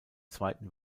zweiten